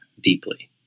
deeply